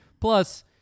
Plus